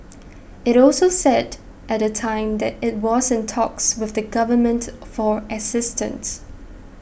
it also said at the time that it was in talks with the Government for assistance